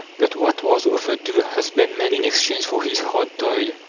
but what was offered to the husbandman in exchange for his hard toil?